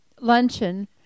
luncheon